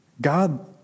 God